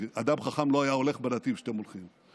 כי אדם חכם לא היה הולך בנתיב שאתם הולכים בו.